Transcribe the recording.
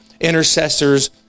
intercessors